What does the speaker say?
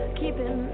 keeping